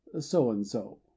so-and-so